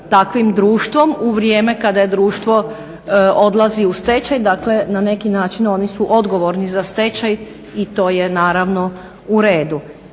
takvim društvom u vrijeme kada je društvo odlazi u stečaj. Dakle na neki način oni su odgovorni za stečaj i to je naravno u redu.